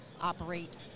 operate